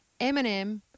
Eminem